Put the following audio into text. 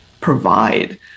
provide